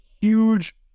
huge